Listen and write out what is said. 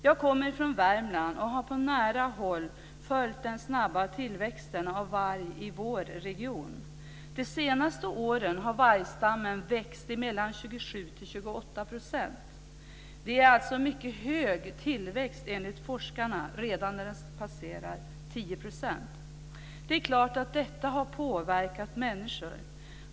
Jag kommer från Värmland och har på nära håll följt den snabba vargtillväxten i vår region. De senaste åren har vargstammen växt med 27-28 %. Det är enligt forskarna en mycket hög tillväxt redan när ökningen passerar 10 %. Det är klart att detta har påverkat människor.